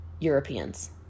Europeans